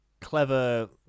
clever